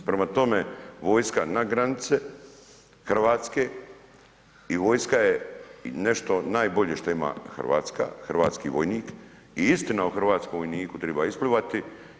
Prema tome, vojska na granice hrvatske i vojska je nešto najbolje što ima Hrvatska, hrvatski vojnik i istina o hrvatskom vojniku treba isplivati.